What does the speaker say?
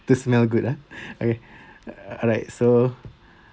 this smell good eh okay alright so